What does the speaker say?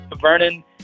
Vernon